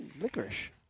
Licorice